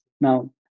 Now